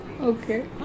Okay